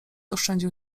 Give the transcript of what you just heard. oszczędził